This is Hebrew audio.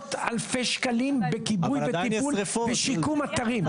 מאות אלפי שקלים בכיבוי וטיפול ושיקום אתרים.